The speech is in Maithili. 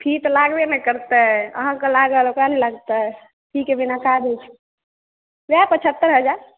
फी तऽ लागबे करतै अहाँकेॅं लागल ओकरा नहि लगतै फी के बिना काज होइ छै वएह पछहत्तरि हजार